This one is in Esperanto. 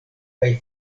kaj